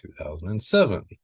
2007